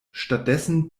stattdessen